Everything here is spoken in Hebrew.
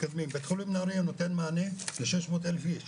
בית חולים נהריה נותן מענה ל-600,000 איש,